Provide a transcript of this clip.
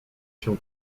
się